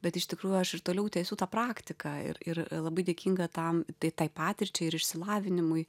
bet iš tikrųjų aš ir toliau tęsiu tą praktiką ir ir labai dėkinga tam tai tai patirčiai ir išsilavinimui